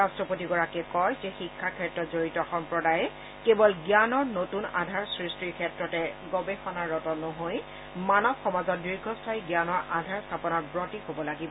ৰাট্টপতিগৰাকীয়ে কয় যে শিক্ষা ক্ষেত্ৰত জড়িত সম্প্ৰদায়ে কেৱল জ্ঞানৰ নতুন আধাৰ সৃষ্টিৰ ক্ষেত্ৰতে গৱেষণাৰত নহৈ মানৱ সমাজত দীৰ্ঘস্থায়ী জানৰ আধাৰ স্থাপনত ৱতী হ'ব লাগিব